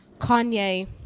Kanye